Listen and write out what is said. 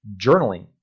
journaling